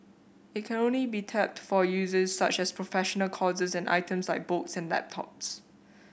it can only be tapped for uses such as professional courses and items like books and laptops